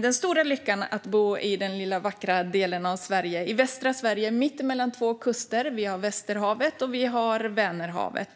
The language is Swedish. den stora lyckan att bo i den lilla vackra del av Sverige, i västra Sverige, som ligger mitt emellan två kuster - vi har Västerhavet, och vi har Vänerhavet.